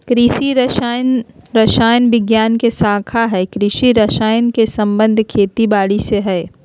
कृषि रसायन रसायन विज्ञान के शाखा हई कृषि रसायन के संबंध खेती बारी से हई